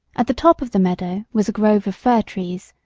at the top of the meadow was a grove of fir trees,